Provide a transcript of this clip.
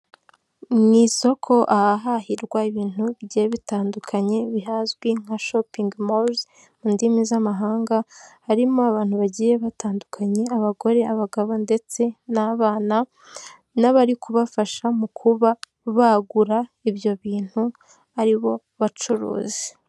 Mu isoko ahahahirwa ibintu bigiye bitandukanye bihazwi nka shopingi moluzi mu ndimi z'amahanga, harimo abantu bagiye batandukanye, abagore, abagabo ndetse n'abana n'abari kubafasha mu kuba bagura ibyo bintu, ari bo bacuruzi.